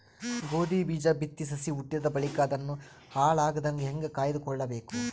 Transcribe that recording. ಗೋಧಿ ಬೀಜ ಬಿತ್ತಿ ಸಸಿ ಹುಟ್ಟಿದ ಬಳಿಕ ಅದನ್ನು ಹಾಳಾಗದಂಗ ಹೇಂಗ ಕಾಯ್ದುಕೊಳಬೇಕು?